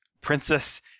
Princess